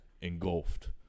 engulfed